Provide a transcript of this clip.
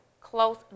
close